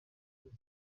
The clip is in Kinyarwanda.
yose